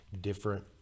different